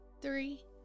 three